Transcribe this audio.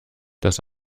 das